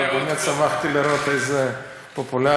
אני מעדיף להיות פה.